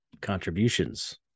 contributions